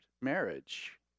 marriage